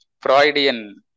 Freudian